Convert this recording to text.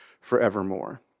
forevermore